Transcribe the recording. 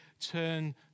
turn